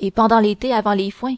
et pendant l'été avant les foins